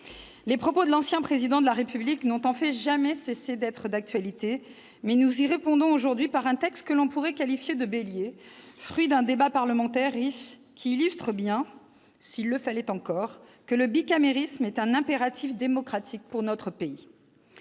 Les propos de l'ancien Président de la République n'ont jamais cessé d'être d'actualité. Nous y répondons aujourd'hui par un texte que l'on pourrait qualifier de « bélier », fruit d'un débat parlementaire riche, qui illustre bien, s'il le fallait encore, que le bicamérisme est un impératif démocratique pour notre pays.